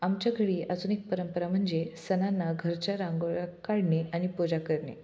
आमच्याकडे आधुनिक परंपरा म्हणजे सणांना घरच्या रांगोळ काढणे आणि पूजा करणे